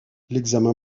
l’examen